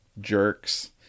jerks